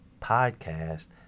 podcast